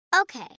Okay